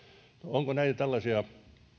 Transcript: onko tällaisia